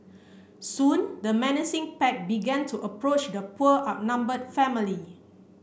soon the menacing pack began to approach the poor outnumbered family